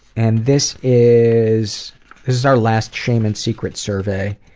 and this is is our last shame and secrets survey,